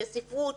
לספרות,